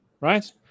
right